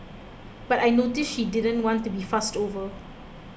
but I noticed she didn't want to be fussed over